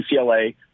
UCLA